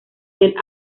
del